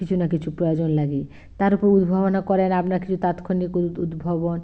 কিছু না কিছু প্রয়োজন লাগে তার উপর উদ্ভাবনা করেন আপনা কিছু তাৎক্ষণিক উদ্ভাবন